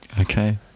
Okay